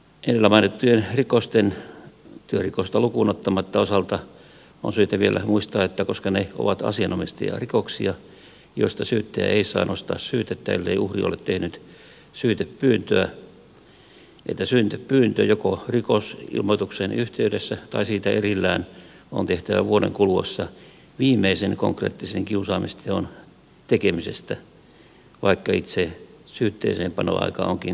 edellä mainittujen rikosten työrikosta lukuun ottamatta osalta on syytä vielä muistaa että koska ne ovat asianomistajarikoksia joista syyttäjä ei saa nostaa syytettä ellei uhri ole tehnyt syytepyyntöä syytepyyntö joko rikosilmoituksen yhteydessä tai siitä erillään on tehtävä vuoden kuluessa viimeisen konkreettisen kiusaamisteon tekemisestä vaikka itse syytteeseenpanoaika onkin tätä pidempi